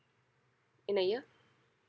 in a year